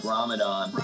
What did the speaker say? Ramadan